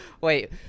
Wait